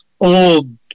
old